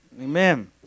amen